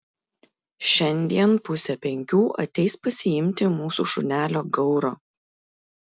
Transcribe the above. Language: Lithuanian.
šiandien pusę penkių ateis pasiimti mūsų šunelio gauro